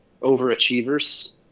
overachievers